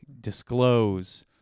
disclose